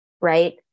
Right